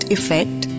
Effect